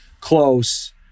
close